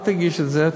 אל תגיש את זה,